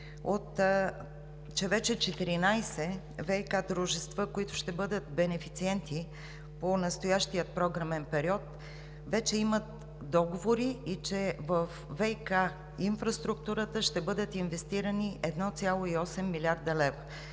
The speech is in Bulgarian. че вече 14 ВиК дружества, които ще бъдат бенефициенти по настоящия програмен период, вече имат договори и че във ВиК инфраструктурата ще бъдат инвестирани 1,8 милиарда лева.